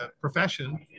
profession